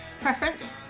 Preference